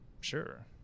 Sure